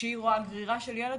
כשהיא רואה גרירה של ילד,